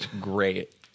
great